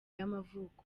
y’amavuko